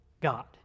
God